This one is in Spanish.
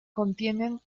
contienen